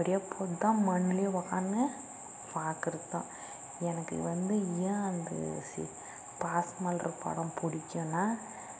அப்படியே புத்தம் மண்ணுலயே உட்கானு பார்க்கிறதான் எனக்கு வந்து ஏன் அந்த சீ பாசமலர் படம் பிடிக்குனா